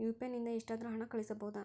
UPI ನಿಂದ ಎಷ್ಟಾದರೂ ಹಣ ಕಳಿಸಬಹುದಾ?